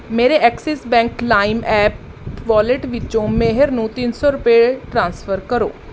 ਮੇਰੇ Axis bank Lime app wallet ਵਿੱਚੋਂ ਮੇਹਰ ਨੂੰ ਤਿੰਨ ਸੌ ਰੁਪਏ ਟ੍ਰਾਂਸਫਰ ਕਰੋ